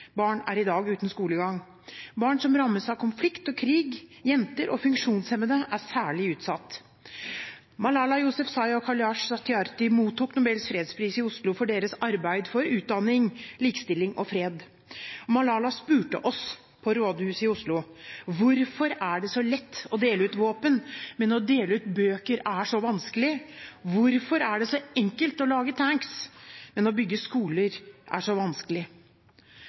barn er i dag uten skolegang. Barn som rammes av konflikt og krig, jenter og funksjonshemmede er særlig utsatt. Malala Yousafzai og Kailash Satyarthi mottok Nobels fredspris i Oslo for sitt arbeid for utdanning, likestilling og fred. Malala spurte oss i rådhuset i Oslo: Hvorfor er det så lett å dele ut våpen, men så vanskelig å dele ut bøker? Hvorfor er det så enkelt å lage tanks, men så vanskelig å bygge skoler? Utdanning bygger demokrati og er